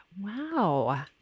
Wow